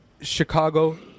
Chicago